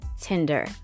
Tinder